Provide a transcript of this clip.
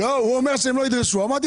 הוא אומר שהם לא ידרשו, אז אמרתי